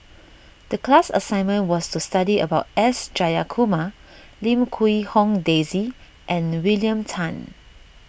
the class assignment was to study about S Jayakumar Lim Quee Hong Daisy and William Tan